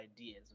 ideas